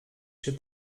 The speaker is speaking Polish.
się